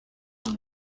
you